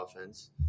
offense